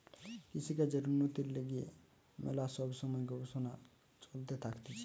কৃষিকাজের উন্নতির লিগে ম্যালা সব সময় গবেষণা চলতে থাকতিছে